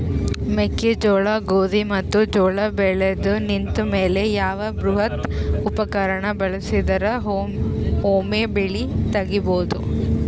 ಮೆಕ್ಕೆಜೋಳ, ಗೋಧಿ ಮತ್ತು ಜೋಳ ಬೆಳೆದು ನಿಂತ ಮೇಲೆ ಯಾವ ಬೃಹತ್ ಉಪಕರಣ ಬಳಸಿದರ ವೊಮೆ ಬೆಳಿ ತಗಿಬಹುದು?